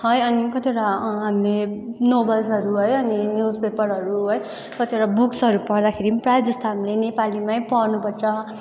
है अनि कतिवटा हामीले नोभल्सहरू है अनि न्युज पेपरहरू है कतिवटा बुक्सहरू पढ्दाखेरि पनि प्रायः जस्तो हामीले नेपालीमै पढ्नु पर्छ